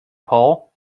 paul